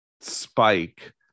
spike